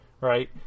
right